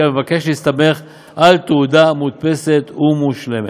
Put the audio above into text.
המבקש להסתמך על תעודה מודפסת ומשולמת.